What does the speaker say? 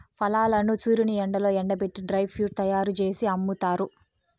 ఫలాలను సూర్యుని ఎండలో ఎండబెట్టి డ్రై ఫ్రూట్స్ తయ్యారు జేసి అమ్ముతారు